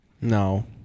No